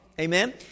Amen